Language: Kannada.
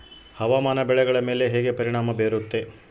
ಹವಾಮಾನ ಬೆಳೆಗಳ ಮೇಲೆ ಹೇಗೆ ಪರಿಣಾಮ ಬೇರುತ್ತೆ?